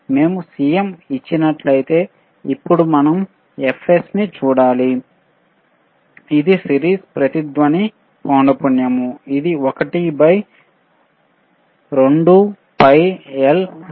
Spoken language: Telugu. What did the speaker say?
మేము Cm ఇచ్చినట్లయితే ఇప్పుడు మనం Fs ని చూడాలి ఇది సిరీస్ రెజోనెOట్ పౌనపున్యాo ఇది 1 by 2 pi L C యొక్క మూలం